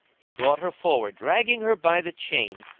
he brought her forward, dragging her by the chain,